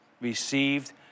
received